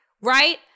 Right